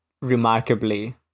remarkably